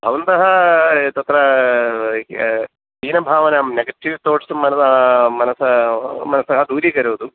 भवन्तः तत्र हीनभावनां नेगटिव् ताट्स् मन मनस मनसः दूरीकरोतु